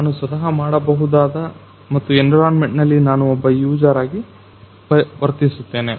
ನಾನು ಸ್ವತಃ ಮಾಡಬಹುದು ಮತ್ತು ಎನ್ವಿರಾನ್ಮೆಂಟ್ ನಲ್ಲಿ ನಾನು ಒಬ್ಬ ಯುಜರ್ ಆಗಿ ವರ್ತಿಸುತ್ತೇನೆ